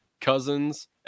cousins